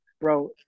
bro